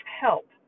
help